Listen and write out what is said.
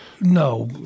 No